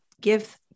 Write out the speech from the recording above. give